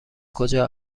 کجا